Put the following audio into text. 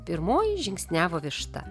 pirmoji žingsniavo višta